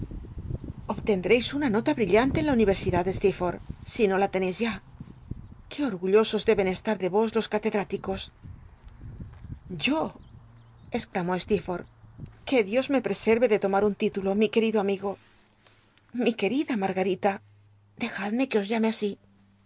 diversos obtendreis una nota brillante en la universidad steerfortb si no la teneis ya qué orgutlosos deben esta r de vos los calednilicos yo exclamó steerfo tb que dios me wc serve de tomar un titulo mi querido amigo mi querida i iargarita dejad me que os llame